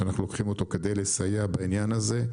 שאנחנו לוקחים אותו כדי לסייע בעניין הזה.